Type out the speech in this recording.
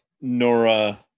Nora